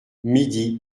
midi